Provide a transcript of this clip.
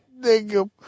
nigga